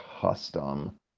custom